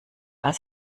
als